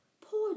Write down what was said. Poor